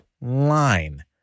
line